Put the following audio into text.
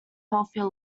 healthier